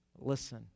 Listen